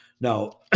Now